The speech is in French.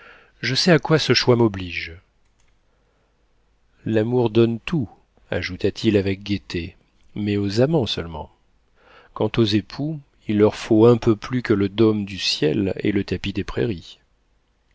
je sais à quoi ce choix m'oblige l'amour donne tout ajouta-t-il avec gaieté mais aux amants seulement quant aux époux il leur faut un peu plus que le dôme du ciel et le tapis des prairies